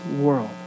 world